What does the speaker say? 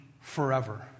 forever